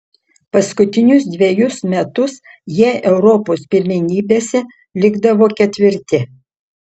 paskutinius dvejus metus jie europos pirmenybėse likdavo ketvirti